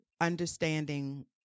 understanding